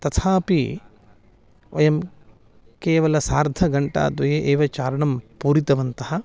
तथापि वयं केवलं सार्धघण्टाद्वये एव चारणं पूरितवन्तः